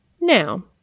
Now